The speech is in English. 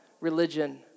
religion